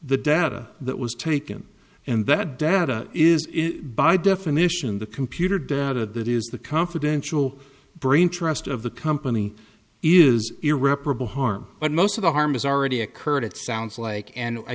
the data that was taken and that data is by definition the computer data that is the confidential brain trust of the company is irreparable harm but most of the harm has already occurred it sounds like and i